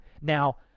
Now